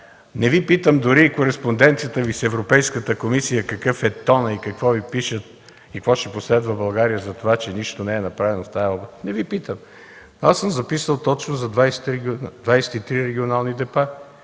Не Ви питам дори за кореспонденцията Ви с Европейската комисия – какъв е тонът, какво Ви пишат и какво ще последва за България от това, че нищо не е направено в тази област. Не Ви питам. Аз съм записал точно за 23 регионални депа